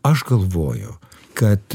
aš galvoju kad